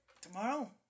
tomorrow